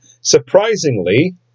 surprisingly